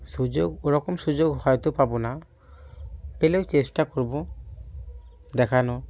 সুযোগ ওরকম সুযোগ হয়তো পাব না পেলে ওই চেষ্টা করব দেখানোর